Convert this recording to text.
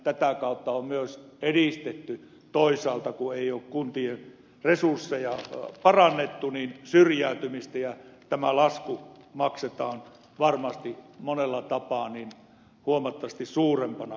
tätä kautta on myös edistetty toisaalta kun ei ole kuntien resursseja parannettu syrjäytymistä ja tämä lasku maksetaan varmasti monella tapaa huomattavasti suurempana myöhemmin